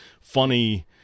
funny